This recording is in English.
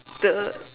!duh!